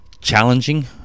challenging